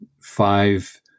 five